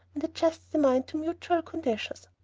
and adjusts the mind to mutual conditions.